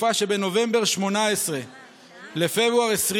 בתקופה שבין נובמבר1918 לפברואר 1920